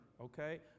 okay